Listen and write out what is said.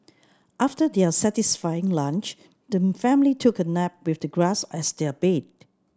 after their satisfying lunch the family took a nap with the grass as their bed